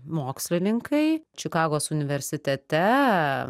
mokslininkai čikagos universitete